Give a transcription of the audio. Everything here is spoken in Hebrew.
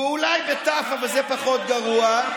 ואולי בתי"ו, אבל זה פחות גרוע,